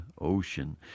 ocean